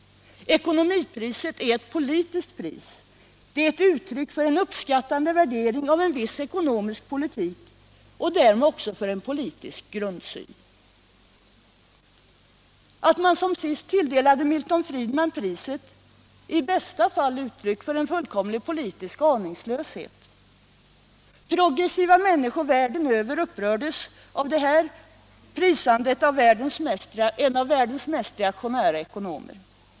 Ekonomipriset är ett politiskt pris, ett uttryck för en uppskattande värdering av viss ekonomisk politik och därmed för en politisk grundsyn. Att man som sist tilldelade Milton Friedman priset är i bästa fall uttryck för en fullständig politisk aningslöshet. Progressiva människor världen över upprördes av detta prisande av en av världens mest reaktionära ekonomer.